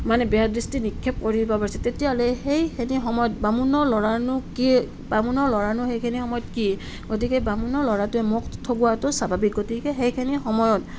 মানে বেয়া দৃষ্টি নিক্ষেপ কৰিব পাৰিছে তেতিয়াহ'লে সেই সেনে সময়ত বামুণৰ ল'ৰাৰনো কি বামুণৰ ল'ৰাৰনো সেইখিনি সময়ত কি গতিকে বামুণৰ ল'ৰাটোৱে মোক ঠগোৱাটো স্বাভাৱিক গতিকে সেইখিনি সময়ত